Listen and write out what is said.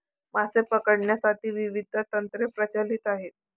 मासे पकडण्यासाठी विविध तंत्रे प्रचलित आहेत